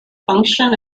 function